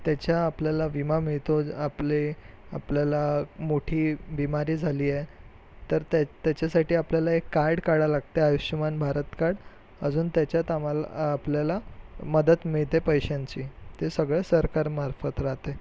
त्याच्या आपल्याला विमा मिळतो आपले आपल्याला मोठी बिमारी झाली आहे तर त्या त्याच्यासाठी आपल्याला एक कार्ड काढावं लागतं आयुष्यमान भारत कार्ड अजून त्याच्यात आम्हाला आपल्याला मदत मिळते पैशांची ते सगळं सरकार मार्फत राहते